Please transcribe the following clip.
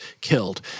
killed